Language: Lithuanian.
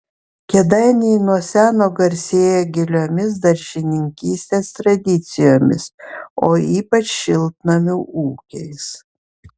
kėdainiai nuo seno garsėja giliomis daržininkystės tradicijomis o ypač šiltnamių ūkiais